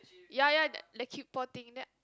ya ya the the kid poor thing then